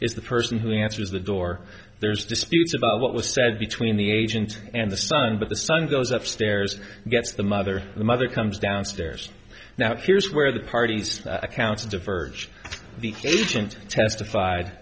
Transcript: is the person who answers the door there's disputes about what was said between the agent and the son but the son goes upstairs gets the mother the mother comes downstairs now here's where the parties accounts diverge the agent testified